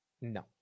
No